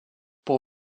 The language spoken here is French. pour